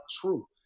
true